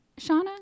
Shauna